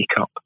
up